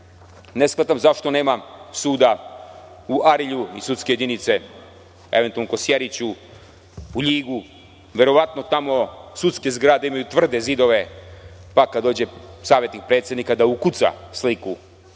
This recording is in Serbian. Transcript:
ne shvatam zašto nema suda u Arilju i sudske jedinice u Kosjeriću, u Ljigu? Verovatno tamo sudske zgrade imaju tvrde zidove, pa kada dođe savetnik predsednika da ukuca sliku